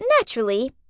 naturally